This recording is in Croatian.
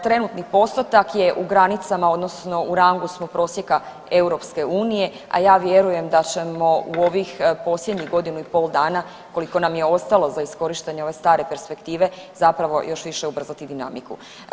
Trenutni postotak je u granicama odnosno u rangu smo prosjeka EU, a ja vjerujem da ćemo u ovih posljednjih godinu i pol dana koliko nam je ostalo za iskorištenje ove stare perspektive zapravo još više ubrzati dinamiku.